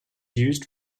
used